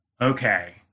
okay